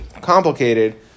complicated